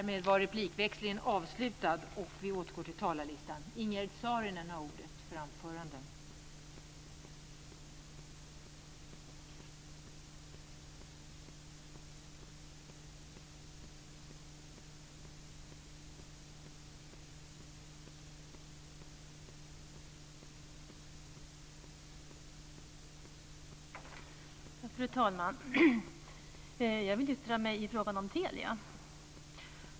Fru talman! Jag vill yttra mig i frågan om Telia.